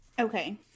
Okay